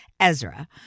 Ezra